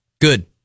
Good